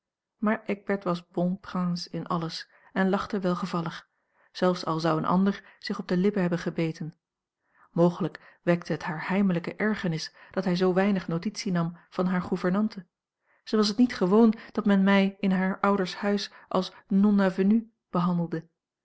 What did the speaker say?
maar eckbert was bon prince in alles en lachte welgevallig zelfs al zou een ander zich op de lippen hebben gebeten mogelijk wekte het haar heimelijke ergernis dat hij zoo weinig notitie nam van hare gouvernante zij was het niet gewoon dat men mij in haar ouders huis als non avenue behandelde